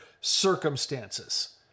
circumstances